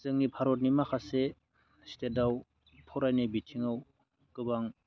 जोंनि भारतनि माखासे स्टेटआव फरायनाय बिथिङाव गोबां